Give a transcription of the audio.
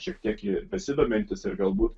šiek tiek besidomintis ir galbūt